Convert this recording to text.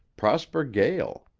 prosper gael.